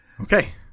Okay